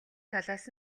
талаас